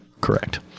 Correct